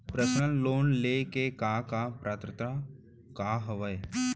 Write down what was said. Personal loan ले के का का पात्रता का हवय?